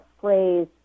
phrase